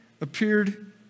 appeared